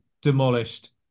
demolished